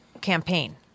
campaign